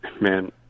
man